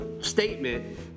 statement